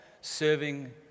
serving